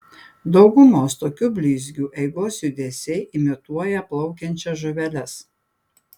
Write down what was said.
daugumos tokių blizgių eigos judesiai imituoja plaukiančias žuveles